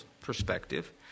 perspective